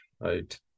right